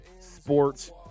Sports